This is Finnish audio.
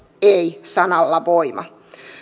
ei sanalla voima